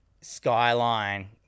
skyline